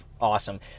awesome